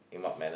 in what manner